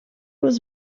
was